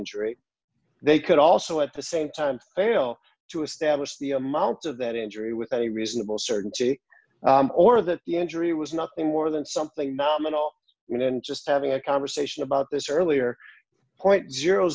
injury they could also at the same time fail to establish the amount of that injury with any reasonable certainty or that the injury was nothing more than something nominal and then just having a conversation about this earlier point